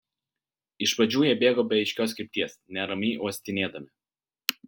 iš pradžių jie bėgo be aiškios krypties neramiai uostinėdami